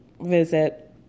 visit